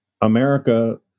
America